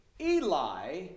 Eli